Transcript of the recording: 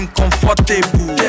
comfortable